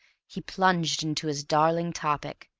he plunged into his darling topic,